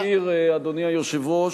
אזכיר, אדוני היושב-ראש,